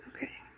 Okay